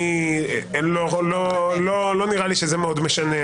לא נראה לי שזה מאוד משנה,